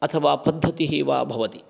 अथवा पद्धतिः वा भवति